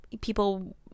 people